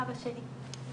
אבא שלי.